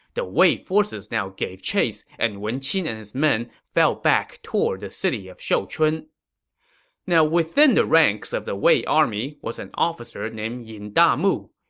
the wei forces now gave chase, and wen qin and his men fell back toward the city of shouchun now, within the ranks of the wei army was an officer named yin damu.